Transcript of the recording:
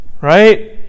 right